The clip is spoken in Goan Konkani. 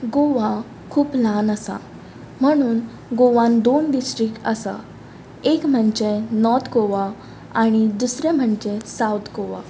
गोवा खूब ल्हान आसा म्हणून गोवान दोन डिस्ट्रीक आसा एक म्हणजे नॉर्थ गोवा आनी दुसरें म्हणजे सावथ गोवा